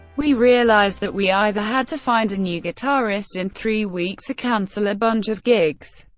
we realized that we either had to find a new guitarist in three weeks or cancel a bunch of gigs.